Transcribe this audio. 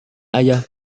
ayah